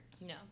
No